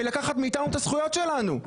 מלקחת מאיתנו את הזכויות שלנו?